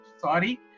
Sorry